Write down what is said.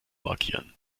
markieren